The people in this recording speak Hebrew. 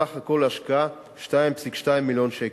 בסך הכול השקעה 2.2 מיליון שקל.